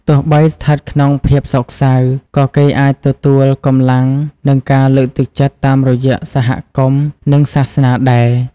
ទោះបីស្ថិតក្នុងភាពសោកសៅ ក៏គេអាចទទួលកម្លាំង និងការលើកទឹកចិត្តតាមរយៈសហគមន៍ និងសាសនាដែរ។